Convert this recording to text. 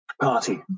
party